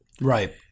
Right